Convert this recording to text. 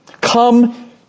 come